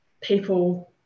people